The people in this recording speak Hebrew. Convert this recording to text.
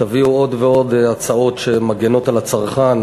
תביאו עוד ועוד הצעות שמגינות על הצרכן